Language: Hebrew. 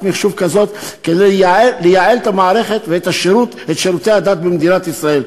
מחשוב כזאת כדי לייעל את המערכת ואת שירותי הדת במדינת ישראל.